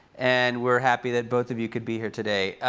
and we're happy that both of you could be here today.